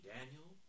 Daniel